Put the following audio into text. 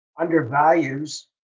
undervalues